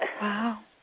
Wow